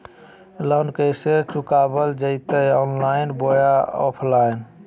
Loan कैसे चुकाबल जयते ऑनलाइन बोया ऑफलाइन?